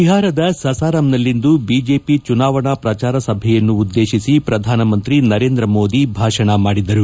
ಬಿಹಾರದ ಸಸಾರಾಂನಲ್ಲಿಂದು ಬಿಜೆಪಿ ಚುನಾವಣಾ ಪ್ರಚಾರ ಸಭೆಯನ್ನುದ್ದೇತಿಸಿ ಪ್ರಧಾನಮಂತ್ರಿ ನರೇಂದ್ರ ಮೋದಿ ಭಾಷಣ ಮಾಡಿದರು